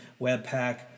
Webpack